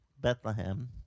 Bethlehem